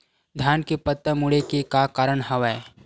धान के पत्ता मुड़े के का कारण हवय?